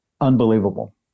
Unbelievable